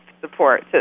support